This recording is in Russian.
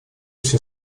все